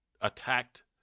attacked